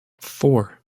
four